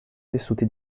tessuti